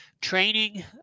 training